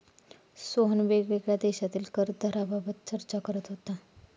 सोहन वेगवेगळ्या देशांतील कर दराबाबत चर्चा करत होता